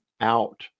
out